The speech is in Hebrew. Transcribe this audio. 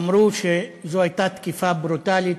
אמרו שזו הייתה תקיפה ברוטלית,